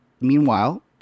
meanwhile